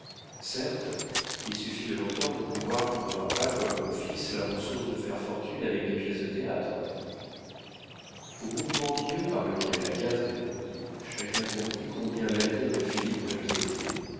certes il suffit de l'entendre pour voir qu'il n'aura pas comme mon fils la ressource de faire fortune avec des pièces de théâtre au mouvement d'yeux par lequel agathe répondit chacun comprit combien l'avenir de philippe l'inquiétait